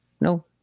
no